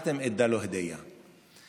הוריד את הטבעת מאצבעו ונתן לו במתנה.